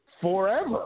forever